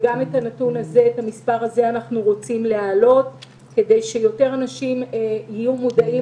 גם את המספר הזה אנחנו רוצים להעלות כדי שיותר אנשים יהיו מודעים